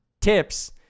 tips